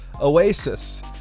Oasis